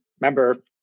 remember